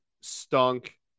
stunk